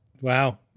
Wow